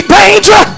danger